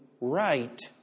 right